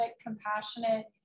compassionate